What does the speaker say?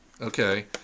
okay